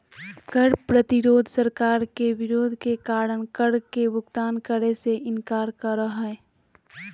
कर प्रतिरोध सरकार के विरोध के कारण कर के भुगतान करे से इनकार करो हइ